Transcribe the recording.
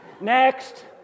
Next